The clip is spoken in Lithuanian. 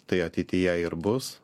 tai ateityje ir bus